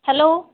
hello